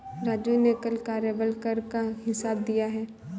राजू ने कल कार्यबल कर का हिसाब दिया है